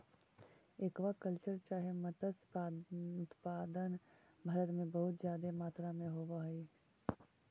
aqua culture चाहे मत्स्य उत्पादन भारत में बहुत जादे मात्रा में होब हई